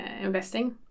investing